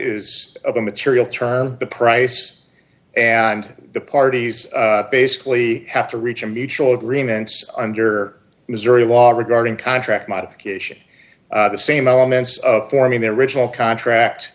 is a material term the price and the parties basically have to reach a mutual agreement under missouri law regarding contract modification the same elements of forming their original contract